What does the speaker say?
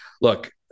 look